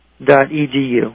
edu